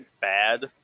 bad